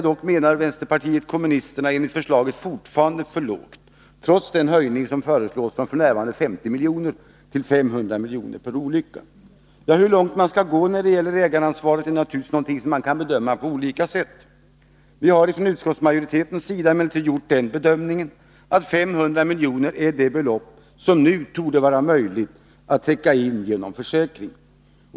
Vpk menar dock att ägaransvaret enligt förslaget fortfarande är för litet, trots den höjning som föreslås från 50 miljoner till 500 miljoner per olycka. Hur långt man skall gå när det gäller ägaransvaret är naturligtvis någonting som man kan bedöma på olika sätt. Vi har från utskottsmajoritetens sida emellertid gjort den bedömningen att 500 miljoner är det belopp som det nu torde vara möjligt att täcka in genom försäkring.